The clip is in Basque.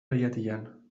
leihatilan